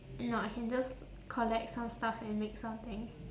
no I can just collect some stuff and make something